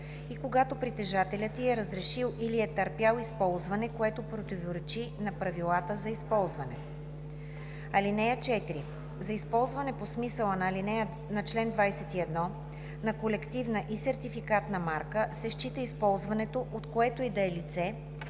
и когато притежателят ѝ е разрешил или е търпял използване, което противоречи на правилата за използване. (4) За използване по смисъла на чл. 21 на колективна и сертификатна марка се счита използването от което и да е лице,